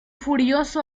furioso